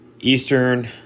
Eastern